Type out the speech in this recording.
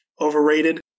overrated